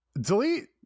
Delete